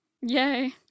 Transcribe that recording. Yay